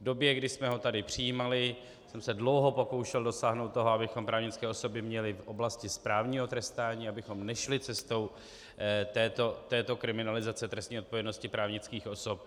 V době, kdy jsme ho tady přijímali, jsem se dlouho pokoušel dosáhnout toho, abychom právnické osoby měli v oblasti správního trestání, abychom nešli cestou této kriminalizace trestní odpovědnosti právnických osob.